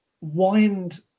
wind